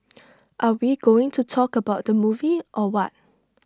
are we going to talk about the movie or what